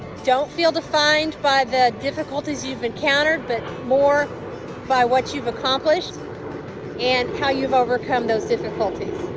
don't feel defined by the difficulties you've encountered but more by what you've accomplished and how you've overcome those difficulties.